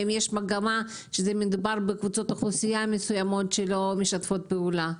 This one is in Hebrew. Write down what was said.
והאם מדובר באוכלוסיות מסוימות שלא משתפות פעולה?